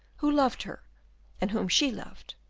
who loved her and whom she loved,